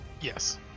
Yes